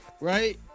Right